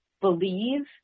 believe